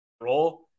role